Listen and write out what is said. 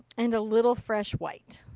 and a little fresh white.